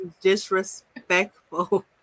disrespectful